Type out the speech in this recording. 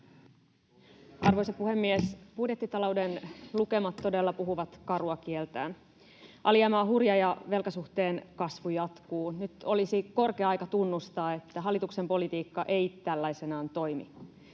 Arvoisa puhemies! Budjettitalouden lukemat todella puhuvat karua kieltään. Alijäämä on hurja, ja velkasuhteen kasvu jatkuu. Nyt olisi korkea aika tunnustaa, että hallituksen politiikka ei tällaisenaan toimi.